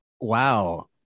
Wow